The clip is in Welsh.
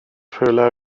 rhywle